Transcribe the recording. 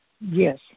Yes